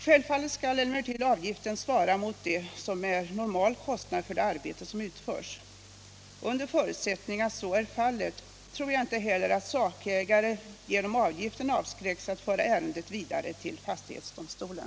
Självklart skall emellertid avgiften svara mot vad som är normal kostnad för det arbete som utförts. Under förutsättning att så är fallet tror jag inte heller att sakägare genom avgiften avskräcks att föra ärendet vidare till fastighetsdomstolen.